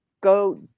go